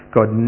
God